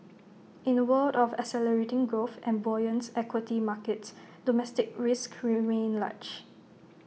in A world of accelerating growth and buoyant equity markets domestic risks remain large